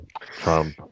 Trump